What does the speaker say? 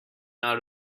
not